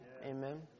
Amen